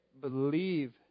believe